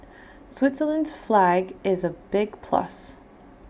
Switzerland's flag is A big plus